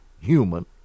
human